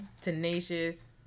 tenacious